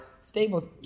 Stables